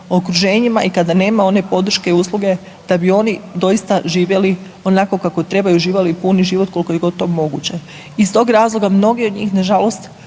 i kada nema one podrške i usluge da bi oni doista živjeli onako kako trebaju, uživali puni život koliko je god to moguće. Iz tog razloga mnogi od njih, nažalost